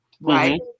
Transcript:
Right